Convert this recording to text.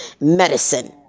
medicine